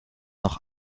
noch